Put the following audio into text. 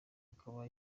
akaba